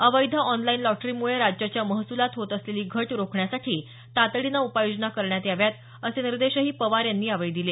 अवैध ऑनलाईन लॉटरीमुळे राज्याच्या महसुलात होत असलेली घट रोखण्यासाठी तातडीने उपाययोजना करण्यात याव्यात असे निर्देश पवार यांनी यावेळी दिले